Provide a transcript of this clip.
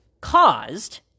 caused